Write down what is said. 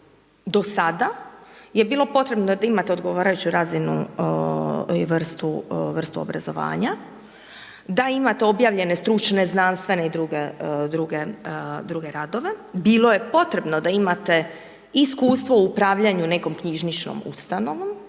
Do sada je bilo potrebno da imate odgovarajuću razinu i vrstu obrazovanja, da imate objavljene stručne, znanstvene i druge radove, bilo je potrebno da imate iskustvo u upravljanju nekom knjižničnom ustanovom,